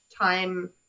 time